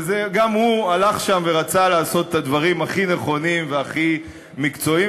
גם הוא הלך שם ורצה לעשות את הדברים הכי נכונים והכי מקצועיים,